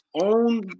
own